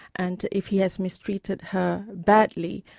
and if he has mistreated her badly,